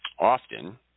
often